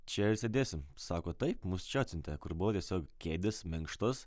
čia ir sėdėsim taip sako taip mus čia atsiuntė kur buvo tiesiog kėdės minkštos